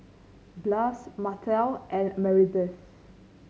Blas Martell and Maribeth